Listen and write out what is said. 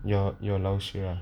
your your ah